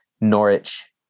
Norwich